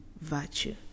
virtue